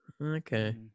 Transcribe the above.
Okay